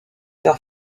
leurs